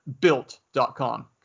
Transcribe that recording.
built.com